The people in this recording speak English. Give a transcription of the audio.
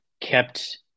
kept